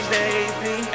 baby